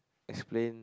explain